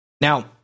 Now